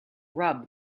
rub